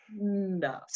no